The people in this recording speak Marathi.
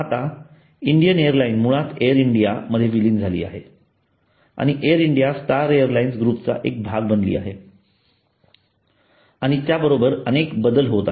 आता इंडियन एअरलाईन मुळात एअर इंडिया मध्ये विलीन झाली आहे आणि एअर इंडिया स्टार एअरलाईन्स ग्रुपचा एक भाग बनली आहे आणि त्याबरोबर अनेक बदल होत आहेत